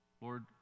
Lord